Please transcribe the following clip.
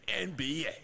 NBA